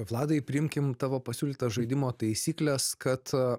vladai priimkim tavo pasiūlytas žaidimo taisykles kad